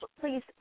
please